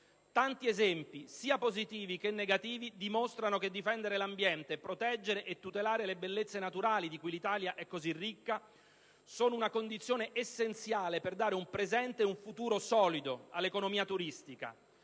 Tanti esempi, sia positivi che negativi, dimostrano che difendere l'ambiente, proteggere e tutelare le bellezze naturali di cui l'Italia è così ricca, sono una condizione essenziale per dare un presente e un futuro solido all'economia turistica